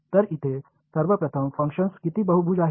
तर इथे सर्वप्रथम फंक्शन किती बहुभुज आहे